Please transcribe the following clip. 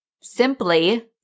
simply